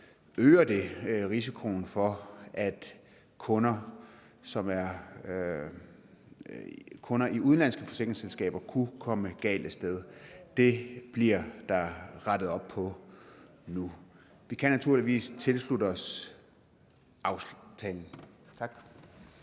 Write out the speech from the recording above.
øger det risikoen for, at kunder i udenlandske selskaber kunne komme galt af sted. Det bliver der rettet op på nu. Vi kan naturligvis tilslutte os aftalen. Tak.